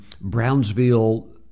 Brownsville